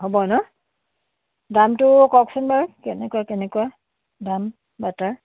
হ'ব ন দামটো কওকচোন বাৰু কেনেকুৱা কেনেকুৱা দাম বাটাৰ